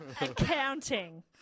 accounting